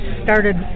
started